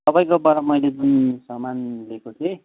तपाईँकोबाट मैले जुन सामान लिएको थिएँ